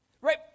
Right